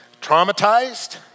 Traumatized